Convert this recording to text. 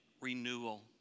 renewal